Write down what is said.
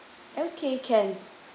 okay can